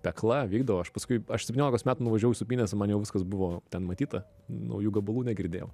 pekla vykdavo aš paskui aš septyniolikos metų nuvažiuojau į supynes man jau viskas buvo ten matyta naujų gabalų negirdėjau